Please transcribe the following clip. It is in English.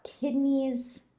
kidneys